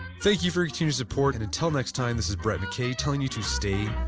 thank you for your continuous support and until next time, this is brett mckay telling you to stay